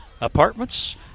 apartments